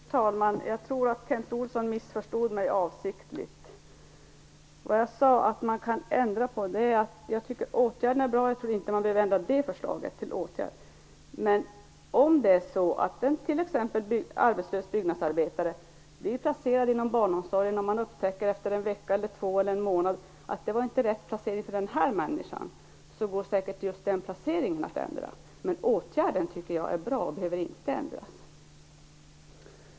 Fru talman! Jag tror att Kent Olsson missförstod mig avsiktligt. Jag sade inte att man skall ändra förslaget om åtgärderna. Jag tycker att det är bra, och jag tror inte att man behöver ändra det. Men om t.ex. en arbetslös byggnadsarbetare blir placerad inom barnomsorgen, och man upptäcker efter en eller två veckor, eller en månad, att det inte var rätt placering för just den människan så går säkert den placeringen att ändra. Åtgärden i sig tycker jag är bra. Den behöver inte ändras.